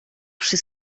przy